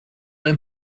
ein